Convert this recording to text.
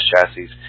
chassis